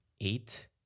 eight